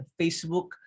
Facebook